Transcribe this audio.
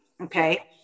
Okay